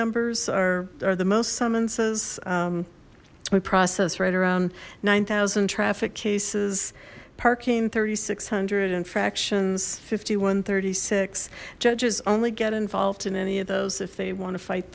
numbers are are the most summonses we process right around nine thousand traffic cases parking three thousand six hundred infractions fifty one thirty six judges only get involved in any of those if they want to fight